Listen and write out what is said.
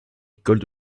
école